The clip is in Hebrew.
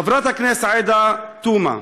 חברת הכנסת עאידה תומא,